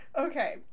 Okay